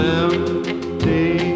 empty